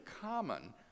common